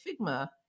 figma